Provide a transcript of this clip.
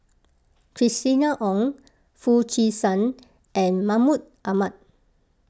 Christina Ong Foo Chee San and Mahmud Ahmad